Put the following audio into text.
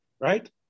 right